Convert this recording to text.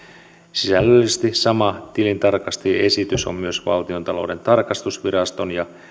sisällöllisesti sama tilintarkastajien esitys on myös valtiontalouden tarkastusviraston ja